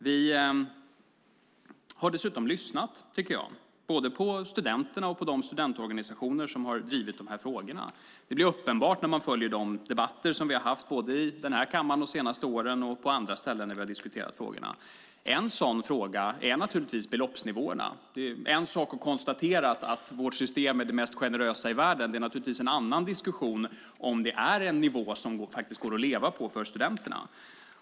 Vi har dessutom lyssnat, både på studenterna och på de studentorganisationer som har drivit dessa frågor. Det blir uppenbart när man följer de debatter som vi har haft både i denna kammare de senaste åren och på andra ställen. En sådan fråga är naturligtvis beloppsnivåerna. Det är en sak att konstatera att vårt system är det mest generösa i världen. Det är naturligtvis en annan diskussion om stödet är på en sådan nivå att studenterna kan leva på det.